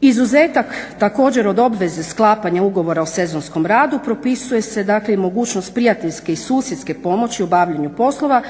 Izuzetak također od obveze sklapanja ugovora o sezonskom radu propisuje se mogućnost prijateljske i susjedske pomoći obavljanju poslova